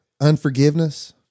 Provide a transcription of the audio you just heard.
unforgiveness